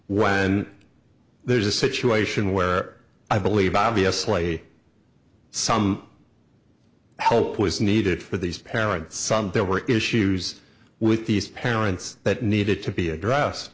when there's a situation where i believe obviously some help was needed for these parents there were issues with these parents that needed to be addressed